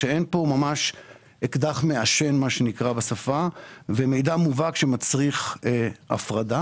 שאין כאן ממש מה שנקרא אקדח מעשן ומידע מובהק שמצריך הפרדה.